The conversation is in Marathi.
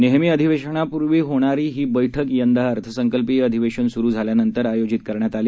नेहमीअधिवेशनापूर्वीहोणारीहीबैठकयंदाअर्थसंकल्पीयअधिवेशनसुरूझाल्यानंतरआयोजितकरण्यातआली